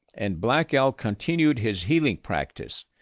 and black elk continued his healing practice,